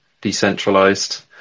decentralized